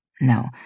No